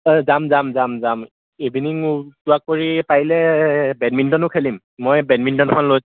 যাম যাম যাম যাম ইভিননিং ৱাক কৰি পাৰিলে বেডমিণ্টনো খেলিম মই বেডমিণ্টনখন লৈ